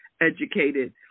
educated